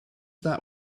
that